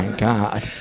god.